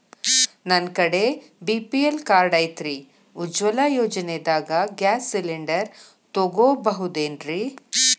ನನ್ನ ಕಡೆ BPL card ಐತ್ರಿ, ಉಜ್ವಲಾ ಯೋಜನೆದಾಗ ಗ್ಯಾಸ್ ಸಿಲಿಂಡರ್ ತೊಗೋಬಹುದೇನ್ರಿ?